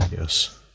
Yes